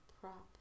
prop